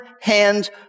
hand